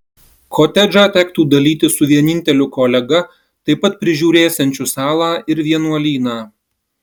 kotedžą tektų dalytis su vieninteliu kolega taip pat prižiūrėsiančiu salą ir vienuolyną